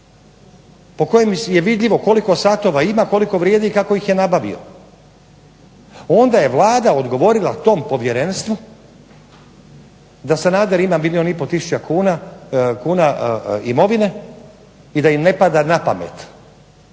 po kojem je vidljivo koliko satova ima, koliko vrijede i kako ih je nabavio. Onda je Vlada odgovorila tom povjerenstvu da Sanader ima milijun i pol tisuća kuna imovine i da im ne pada napamet